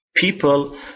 People